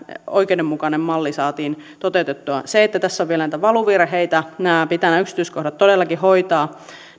oikeudenmukainen malli saatiin toteutettua tässä on vielä valuvirheitä ja nämä yksityiskohdat pitää todellakin hoitaa